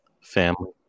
family